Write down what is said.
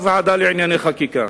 הוועדה לענייני חקיקה,